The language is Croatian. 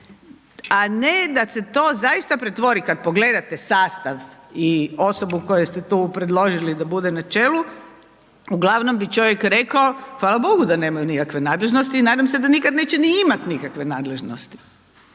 a ne da se to zaista pretvori, kad pogledate sastav i osobu koju ste tu predložili da bude na čelu, uglavnom bi čovjek rekao, hvala bogu da nemaju nikakve nadležnosti i nadam se da nikad neće ni imat nikakve nadležnosti.